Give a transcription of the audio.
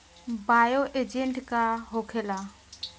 Bio agent का होखेला?